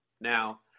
Now